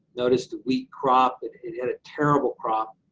notice the weak crop, it it had a terrible crop.